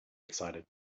excited